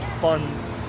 funds